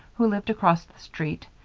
who lived across the street,